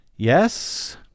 Yes